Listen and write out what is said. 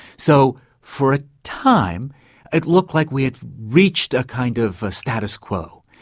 so for a time it looked like we had reached a kind of status quo.